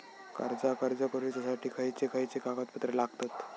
कर्जाक अर्ज करुच्यासाठी खयचे खयचे कागदपत्र लागतत